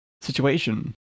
situation